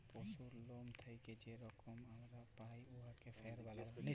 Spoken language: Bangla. পশুর লম থ্যাইকে যে রেশম আমরা পাই উয়াকে ফার ব্যলা হ্যয়